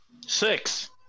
Six